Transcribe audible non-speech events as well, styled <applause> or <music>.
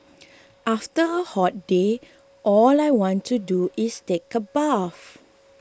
<noise> after a hot day all I want to do is take a bath